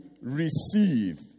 receive